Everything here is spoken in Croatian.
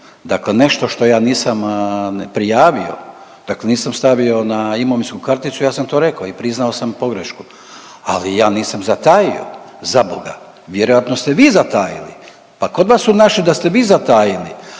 dakle nešto što ja nisam prijavio, dakle nisam stavio na imovinsku karticu, ja sam to rekao i priznao sam pogrešku, ali ja nisam zatajio. Zaboga, vjerojatno ste vi zatajili, pa kod vas su našli da ste vi zatajili,